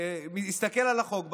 הסתכל על החוק,